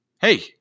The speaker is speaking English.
hey